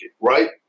right